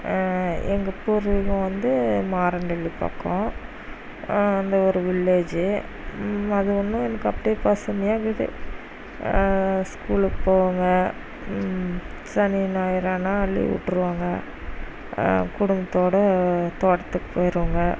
எங்கள் பூர்வீகம் வந்து மாரண்டல்லி பக்கம் அந்த ஒரு வில்லேஜி அது இன்னும் எனக்கு அப்படியே பசுமையாக இருக்குது ஸ்கூலுக்கு போவோங்க சனி ஞாயிறு ஆனால் லீவ் விட்ருவாங்க குடும்பத்தோடு தோட்டத்துக்கு போயிடுவோங்க